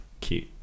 cute